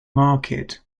market